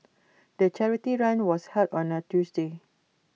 the charity run was held on A Tuesday